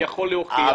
מי יכול להוכיח?